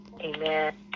Amen